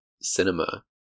cinema